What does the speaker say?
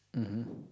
mmhmm